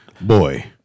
Boy